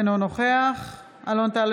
אינו נוכח אלון טל,